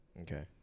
Okay